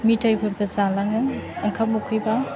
मिथाइफोरखौ जालाङो ओंखाम उखैबा